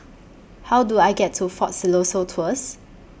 How Do I get to Fort Siloso Tours